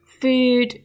food